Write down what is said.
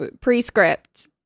pre-script